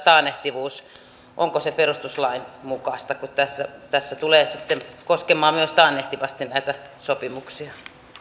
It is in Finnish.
taannehtivuus perustuslain mukaista kun tämä tulee sitten koskemaan myös taannehtivasti näitä sopimuksia